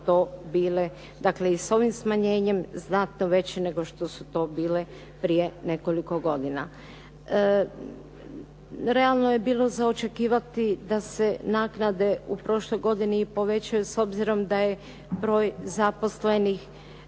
to bile dakle i s ovim smanjenjem znatno veće nego što su to bile prije nekoliko godina. Realno je bilo za očekivati da se naknade u prošloj godini i povećaju s obzirom da je broj zaposlenih,